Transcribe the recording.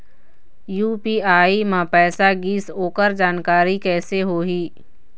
UPI म पैसा गिस ओकर जानकारी कइसे होही?